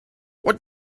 what